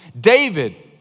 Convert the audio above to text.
David